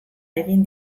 egin